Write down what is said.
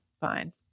fine